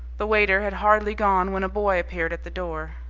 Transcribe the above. the waiter had hardly gone when a boy appeared at the door.